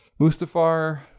Mustafar